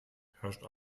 herrscht